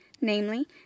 namely